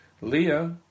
Leah